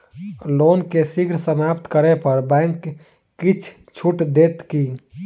loan केँ शीघ्र समाप्त करै पर बैंक किछ छुट देत की